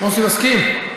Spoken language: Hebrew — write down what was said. מוסי מסכים?